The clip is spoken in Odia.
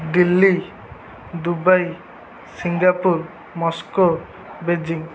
Delhi Dubai Singapore Moscow Beijing